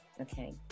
Okay